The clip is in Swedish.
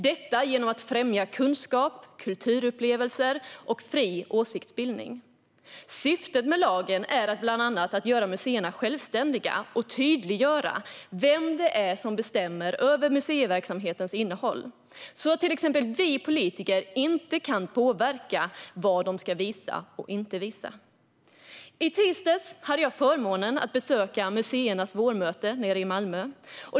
Detta gör de genom att främja kunskap, kulturupplevelser och fri åsiktsbildning. Syftet med lagen är bland annat att göra museerna självständiga och tydliggöra vem som bestämmer över museiverksamhetens innehåll, så att till exempel vi politiker inte kan påverka vad museerna ska visa och inte. I tisdags hade jag förmånen att få besöka museernas vårmöte i Malmö.